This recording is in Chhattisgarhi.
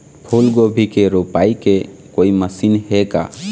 फूलगोभी के रोपाई के कोई मशीन हे का?